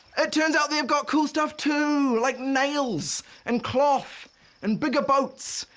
it turns out they've got cool stuff too, like nails and cloth and bigger boats.